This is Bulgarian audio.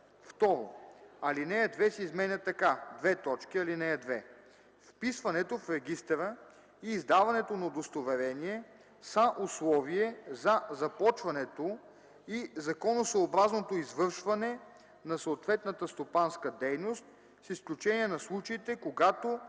2. Алинея 2 се изменя така: „(2) Вписването в регистъра и издаването на удостоверение са условие за започването и законосъобразното извършване на съответната стопанска дейност с изключение на случаите, когато